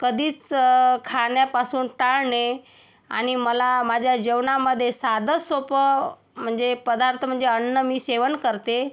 कधीच खाण्यापासून टाळणे आणि मला माझ्या जेवणामधे साधंसोपं म्हणजे पदार्थ म्हणजे अन्न मी सेवन करते